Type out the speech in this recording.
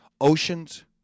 oceans